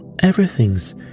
Everything's